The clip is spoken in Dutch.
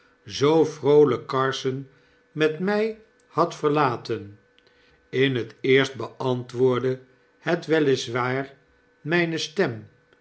zoo vroolyk carson met mij had verlaten in het eerst beantwoordde het wel is waar mpe stem